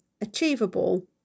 achievable